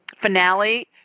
finale